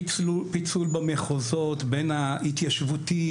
פיצול במחוזות בין ההתיישבותי,